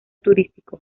turístico